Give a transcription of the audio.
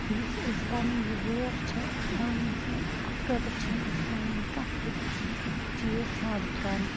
یُس أسۍ پَنٕنۍ یہِ وٲر چھِ آنٛگنَس منٛز اَتھ خٲطرٕ چھَنہٕ اَسہِ پٮ۪وان کانٛہہ تہِ چیٖز ژھانٛڈُن کَرُن